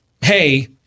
hey